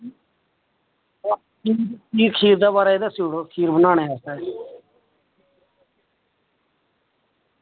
मिगी खीर दे बारै च दस्सी ओड़ेओ खीर बनाने आस्तै